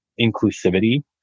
inclusivity